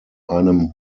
einem